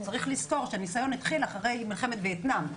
צריך לזכור שהניסיון התחיל אחרי מלחמת וייטנאם.